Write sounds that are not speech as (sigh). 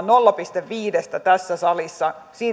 (unintelligible) nolla pilkku viidestä tässä salissa